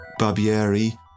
Barbieri